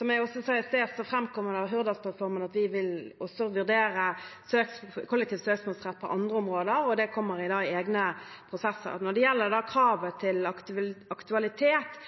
Som jeg sa i sted, framkommer det av Hurdalsplattformen at vi også vil vurdere kollektiv søksmålsrett på andre områder, og det kommer da i egne prosesser. Når det gjelder kravet til aktualitet,